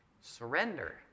Surrender